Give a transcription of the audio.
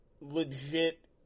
legit